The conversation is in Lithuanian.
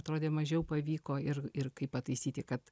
atrodė mažiau pavyko ir ir kaip pataisyti kad